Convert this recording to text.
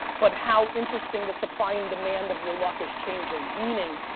but how interesting the supply and demand of your luck is changing. meaning,